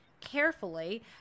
carefully